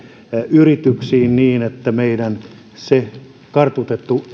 yrityksiin niin että meidän kartutettu